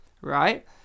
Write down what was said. right